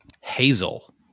Hazel